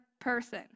person